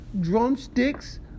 Drumsticks